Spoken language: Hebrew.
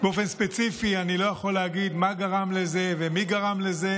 באופן ספציפי אני לא יכול להגיד מה גרם לזה ומי גרם לזה.